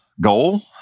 goal